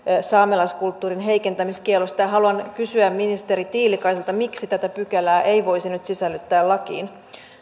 saamelaiskulttuurin heikentämiskiellosta ja haluan kysyä ministeri tiilikaiselta miksi tätä pykälää ei voisi nyt sisällyttää lakiin